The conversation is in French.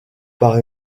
par